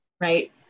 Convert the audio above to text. right